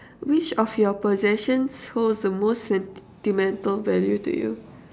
which of your possessions holds the most sentimental value to you